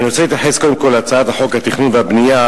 אני רוצה להתייחס קודם כול להצעת חוק התכנון והבנייה